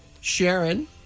Sharon